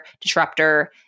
disruptor